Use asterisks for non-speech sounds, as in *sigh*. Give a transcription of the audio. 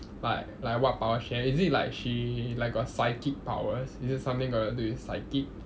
*noise* like like what power she have is it like she like got psychic powers is it something got to do with psychic